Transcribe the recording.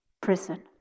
prison